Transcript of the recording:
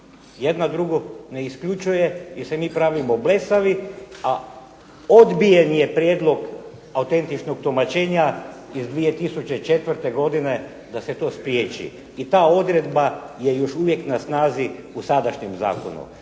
Jedna drugu ne isključuje jer se mi pravimo blesavi, a odbijen je prijedlog autentičnog tumačenja iz 2004. godine da se to spriječi i ta odredba je još uvijek na snazi u sadašnjem zakonu.